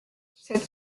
cette